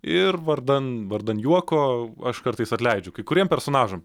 ir vardan vardan juoko aš kartais atleidžiu kai kuriem personažam